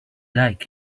like